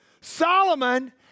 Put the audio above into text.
Solomon